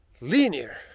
Linear